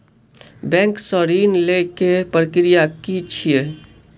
Bank सऽ ऋण लेय केँ प्रक्रिया की छीयै?